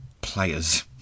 players